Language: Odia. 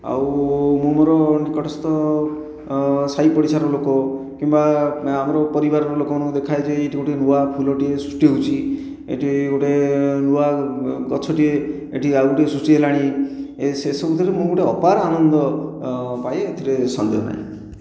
ଆଉ ମୁଁ ମୋର ନିକଟସ୍ଥ ସାହି ପଡ଼ିଶାର ଲୋକ କିମ୍ବା ଆମ ପରିବାରର ଲୋକ ମାନଙ୍କୁ ଦେଖାଏ ଯେ ଏଇଠି ଗୋଟିଏ ନୂଆ ଫୁଲଟିଏ ସୃଷ୍ଟି ହେଉଛି ଏଇଠି ଗୋଟିଏ ନୂଆ ଗଛ ଟିଏ ଏଇଠି ଆଉ ଗୋଟିଏ ସୃଷ୍ଟି ହେଲାଣି ସେ ସବୁଥିରେ ସେ ଗୋଟିଏ ଅପାର ଆନନ୍ଦ ପାଇଁ ଏଥିରେ ସନ୍ଦେହ ନାହିଁ